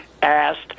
asked